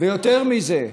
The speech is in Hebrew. ויותר מזה,